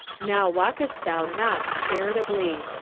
now walkest thou not charitably.